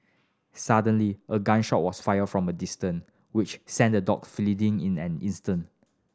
suddenly a gun shot was fired from a distance which sent the dogs fleeing in an instant